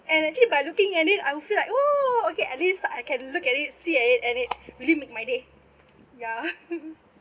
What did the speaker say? and actually by looking at it I will feel like oo okay at least I can look at it see at it and it really make my day ya